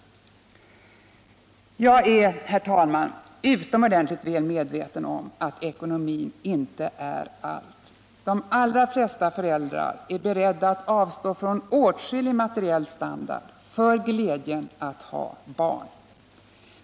Jag är, herr talman, utomordentligt väl medveten om att ekonomin inte är allt. De allra flesta föräldrar är beredda att avstå från åtskillig materiell standard för glädjen att ha barn.